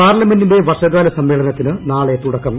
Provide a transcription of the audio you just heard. പാർലമെന്റിന്റെ വർഷകാല സ്മ്മേളനത്തിന് നാളെ തുടക്കം